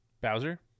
Bowser